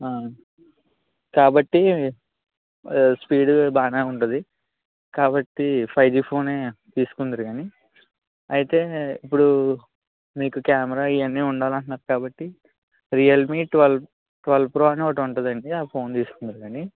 కాబట్టి స్పీడ్ బాగా ఉంటుంది కాబట్టి ఫైవ్ జీ ఫోన్ తీసుకుందురు కానీ అయితే ఇప్పుడు మీకు కెమెరా ఇవి అన్నీ ఉండాలి అంటున్నారు కాబట్టి రియల్మీ ట్వల్వ్ ట్వల్వ్ ప్రో అని ఒకటి ఉంటుంది అండి ఆ ఫోన్ తీసుకుందురు కానీ